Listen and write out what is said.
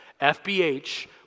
FBH